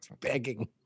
begging